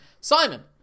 Simon